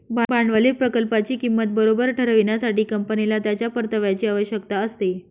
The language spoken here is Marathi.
भांडवली प्रकल्पाची किंमत बरोबर ठरविण्यासाठी, कंपनीला त्याच्या परताव्याची आवश्यकता असते